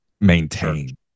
maintain